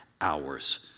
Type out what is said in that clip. hours